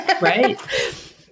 Right